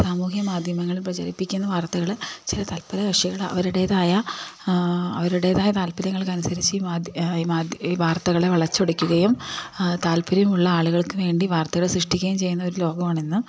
സാമൂഹ്യ മാധ്യമങ്ങളിൽ പ്രചരിപ്പിക്കുന്ന വാർത്തകൾ ചില തല്പര കക്ഷികൾ അവരുടേതായ അവരുടേതായ താല്പര്യങ്ങൾക്ക് അനുസരിച്ചു ഈ ഈ ഈ വാർത്തകളെ വളച്ചൊടിക്കുകയും താല്പര്യമുള്ള ആളുകൾക്ക് വേണ്ടി വാർത്തകളെ സൃഷ്ടിക്കുകയും ചെയ്യുന്ന ഒരു ലോകമാണ് ഇന്ന്